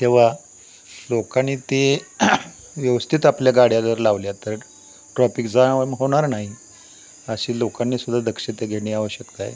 तेव्हा लोकांनी ते व्यवस्थित आपल्या गाड्या जर लावल्या तर ट्रॉपिक जाम होणार नाही अशी लोकांनी सुद्धा दक्षता घेणे आवश्यकता आहे